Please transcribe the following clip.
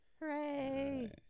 Hooray